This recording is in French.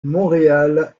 montréal